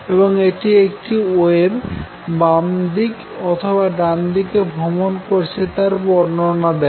এবং এটি একটি ওয়েভ বামদিক অথবা ডানদিকে ভ্রমন করছে তার বর্ণনা দেয়